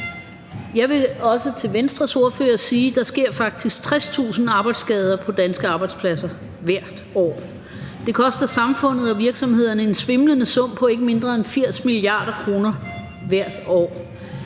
Jeg vil til Venstres ordfører også sige, at der faktisk sker 60.000 arbejdsskader på danske arbejdspladser hvert år. Det koster samfundet og virksomhederne en svimlende sum på ikke mindre end 80 mia. kr. hvert år.